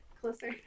closer